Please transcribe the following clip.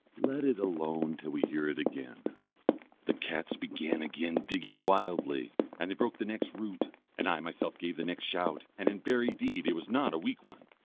let it alone till we hear it again the cats began again digging wildly, and they broke the next root and i myself gave the next shout, and in very deed it was not a weak one.